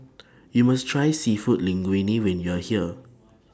YOU must Try Seafood Linguine when YOU Are here